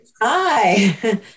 hi